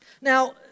Now